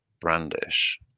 Brandish